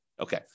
Okay